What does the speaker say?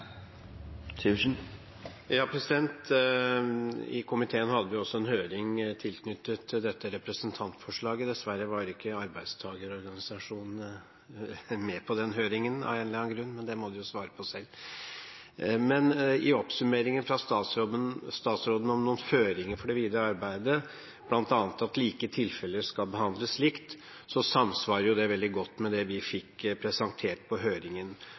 I komiteen hadde vi også en høring tilknyttet dette representantforslaget. Dessverre var ikke arbeidstakerorganisasjonene med på den høringen av en eller annen grunn, men det må de jo svare på selv. Men oppsummeringen fra statsråden om noen føringer for det videre arbeidet, bl.a. at like tilfeller skal behandles likt, samsvarer veldig godt med det vi fikk presentert på høringen,